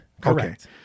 Correct